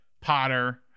Potter